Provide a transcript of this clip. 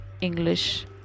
English